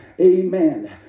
amen